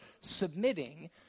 Submitting